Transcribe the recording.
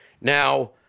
Now